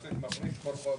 המעסיק מפריש כל חודש.